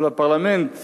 אבל הפרלמנט